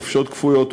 חופשות כפויות,